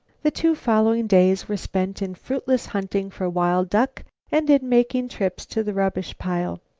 the two following days were spent in fruitless hunting for wild duck and in making trips to the rubbish pile.